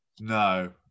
no